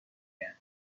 کرد